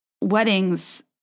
weddings